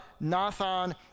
Nathan